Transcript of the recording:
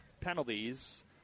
penalties